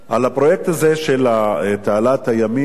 על הפרויקט הזה של תעלת הימים,